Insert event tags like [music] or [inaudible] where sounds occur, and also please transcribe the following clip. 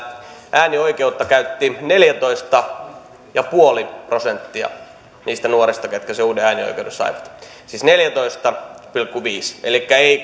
äänioikeutta käytti neljätoista pilkku viisi prosenttia niistä nuorista jotka sen uuden äänioikeuden saivat siis neljätoista pilkku viisi elikkä ei [unintelligible]